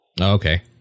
Okay